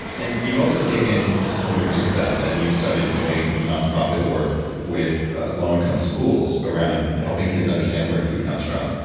and you've also taken some of your success and you've started doing nonprofit work with low-income schools around helping kids understand where food comes from.